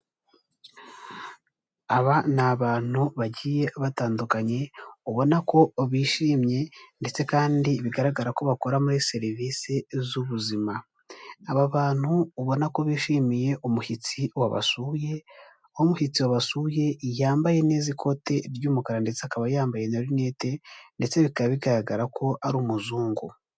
Aba ni abantu bagiye batandukanye, ubona ko bishimye ndetse kandi bigaragara ko bakora muri serivisi z'ubuzima, aba bantu ubona ko bishimiye umushyitsi wabasuye, aho umushyitsi wabasuye yambaye neza ikote ry'umukara ndetse akaba yambaye na rinete ndetse bikaba bigaragara ko ari umuzungu.